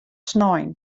snein